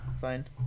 fine